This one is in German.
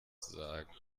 sagen